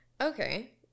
Okay